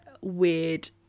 weird